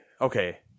okay